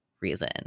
reason